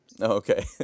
Okay